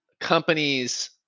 companies